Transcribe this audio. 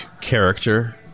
character